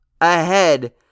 ahead